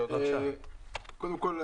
קודם כול,